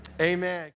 amen